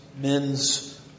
men's